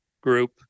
group